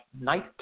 Night